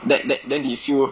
then then then they feel